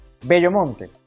Bellomonte